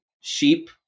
sheep